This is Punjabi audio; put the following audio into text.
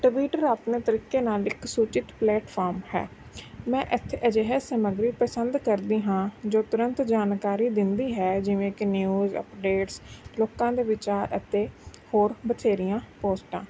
ਟਵੀਟਰ ਆਪਣੇ ਤਰੀਕੇ ਨਾਲ ਇੱਕ ਸੂਚਿਤ ਪਲੇਟਫਾਰਮ ਹੈ ਮੈਂ ਇੱਥੇ ਅਜਿਹੀ ਸਮੱਗਰੀ ਪਸੰਦ ਕਰਦੀ ਹਾਂ ਜੋ ਤੁਰੰਤ ਜਾਣਕਾਰੀ ਦਿੰਦੀ ਹੈ ਜਿਵੇਂ ਕਿ ਨਿਊਜ਼ ਅਪਡੇਟਸ ਲੋਕਾਂ ਦੇ ਵਿਚਾਰ ਅਤੇ ਹੋਰ ਬਥੇਰੀਆਂ ਪੋਸਟਾਂ